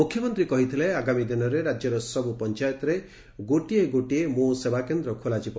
ମୁଖ୍ୟମନ୍ତୀ କହିଥିଲେ ଆଗାମୀ ଦିନରେ ରାଜ୍ୟର ସବୁ ପଞ୍ଚାୟତରେ ଗୋଟିଏ ଗୋଟିଏ ମୋ ସେବାକେନ୍ଦ ଖୋଲାଯିବ